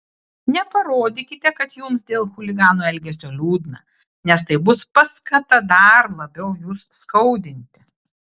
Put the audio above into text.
neparodykite kad jums dėl chuliganų elgesio liūdna nes tai bus paskata dar labiau jus skaudinti